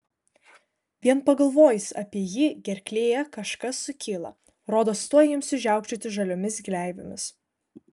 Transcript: vien pagalvojus apie jį gerklėje kažkas sukyla rodos tuoj imsiu žiaukčioti žaliomis gleivėmis